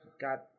got